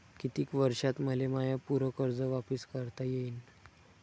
कितीक वर्षात मले माय पूर कर्ज वापिस करता येईन?